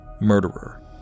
murderer